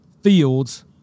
fields